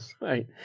Right